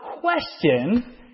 question